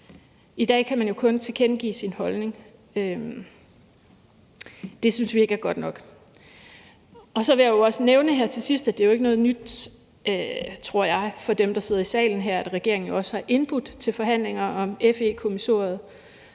I dag kan man jo kun tilkendegive sin holdning. Det synes vi ikke er godt nok. Så vil jeg også nævne her til sidst, at det jo ikke er noget nyt, tror jeg, for dem, der sidder her i salen i dag, at regeringen også har indbudt til forhandlinger om FE-kommissoriet.